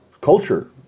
culture